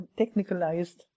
technicalized